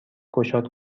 گشاد